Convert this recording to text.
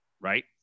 right